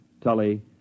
Tully